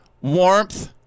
warmth